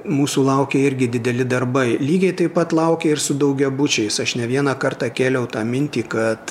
mūsų laukia irgi dideli darbai lygiai taip pat laukia ir su daugiabučiais aš ne vieną kartą kėliau tą mintį kad